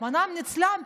רחמנא ליצלן,